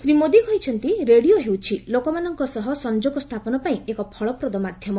ଶ୍ରୀ ମୋଦି କହିଛନ୍ତି ରେଡ଼ିଓ ହେଉଛି ଲୋକମାନଙ୍କ ସହ ସଂଯୋଗ ସ୍ଥାପନ ପାଇଁ ଏକ ଫଳପ୍ରଦ ମାଧ୍ୟମ